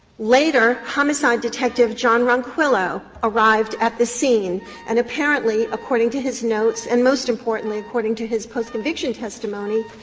later, homicide detective john ronquillo arrived at the scene and apparently, according to his notes, and, most importantly, according to his post-conviction, testimony,